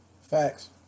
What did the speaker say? Facts